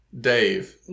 Dave